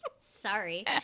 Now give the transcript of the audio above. Sorry